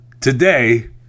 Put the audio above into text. Today